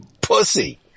pussy